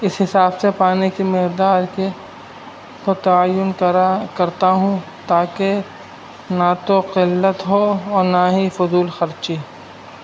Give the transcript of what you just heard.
اس حساب سے پانی کی مقدار کے کو تعین کرا کرتا ہوں تاکہ نہ تو قلت ہو اور نہ ہی فضول خرچی